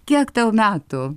kiek tau metų